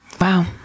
Wow